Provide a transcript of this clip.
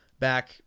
Back